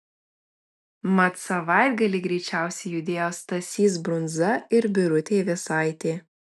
mat savaitgalį greičiausiai judėjo stasys brunza ir birutė vėsaitė